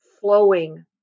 flowing